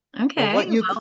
Okay